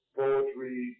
poetry